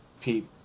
Pete